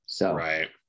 Right